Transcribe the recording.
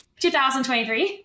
2023